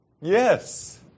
Yes